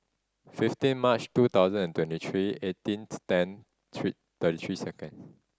fifteen March two thousand and twenty three eighteenth ten three thirty three second